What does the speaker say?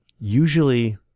usually